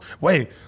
Wait